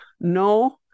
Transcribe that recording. No